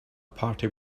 party